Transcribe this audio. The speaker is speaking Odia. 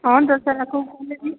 ହଁ ଦଶହରାକୁ କଲେ ବି